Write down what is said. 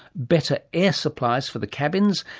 better air supplies for the cabins,